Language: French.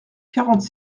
quarante